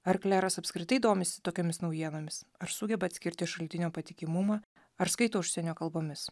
ar kleras apskritai domisi tokiomis naujienomis ar sugeba atskirti šaltinio patikimumą ar skaito užsienio kalbomis